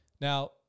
Now